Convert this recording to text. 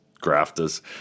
grafters